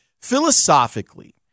Philosophically